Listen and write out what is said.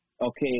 Okay